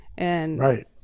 Right